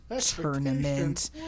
Tournament